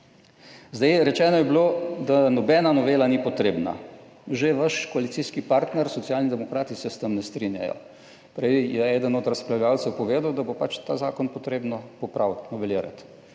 Zdaj, rečeno je bilo, da nobena novela ni potrebna. Že vaš koalicijski partner Socialni demokrati se s tem ne strinjajo. Prej je eden od razpravljavcev povedal, da bo pač ta zakon potrebno popraviti, novelirati.